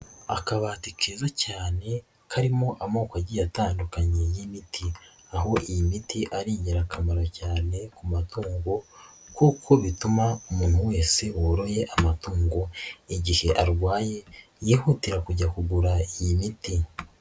Akabati keza cyane karimo amoko agiye atandukanye y'imiti, aho iyi miti ari ingirakamaro cyane ku matungo kuko bituma umuntu wese woroye amatungo igihe arwaye yihutira kujya kugura iyi miti.